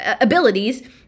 abilities